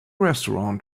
restaurant